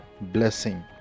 blessing